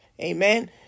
Amen